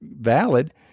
valid